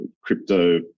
crypto